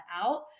out